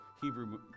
Hebrew